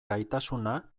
gaitasuna